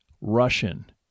Russian